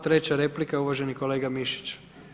Treća replika uvaženi kolega Mišić.